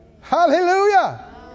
Hallelujah